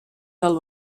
del